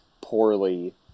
poorly